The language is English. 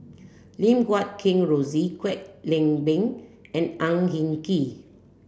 Lim Guat Kheng Rosie Kwek Leng Beng and Ang Hin Kee